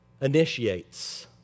initiates